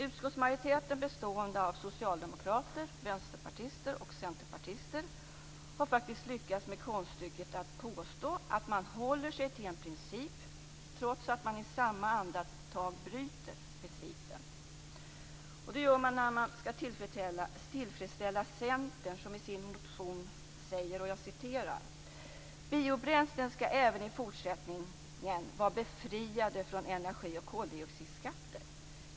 Utskottsmajoriteten, bestående av socialdemokrater, vänsterpartister och centerpartister, har faktiskt lyckats med konststycket att påstå att man håller sig till en princip, trots att man i samma andetag bryter principen. Det gör man när man skall tillfredsställa Centern, som i sin motion säger: "Biobränslen ska även i fortsättningen vara befriade från energioch koldioxidskatt.